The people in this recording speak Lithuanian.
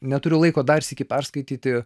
neturiu laiko dar sykį perskaityti